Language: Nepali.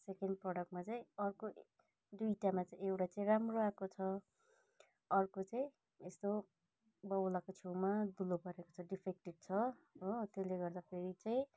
सेकेन्ड प्रडक्टमा चाहिँ अर्को दुईवटामा चाहिँ एउटा चाहिँ राम्रो आएको छ अर्को चाहिँ यस्तो बउलाको छेउमा दुलो परेको छ डिफेक्टेट छ हो त्यसले गर्दाखेरि चाहिँ